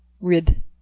rid